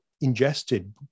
ingested